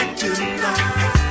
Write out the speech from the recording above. tonight